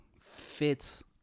fits